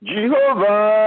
Jehovah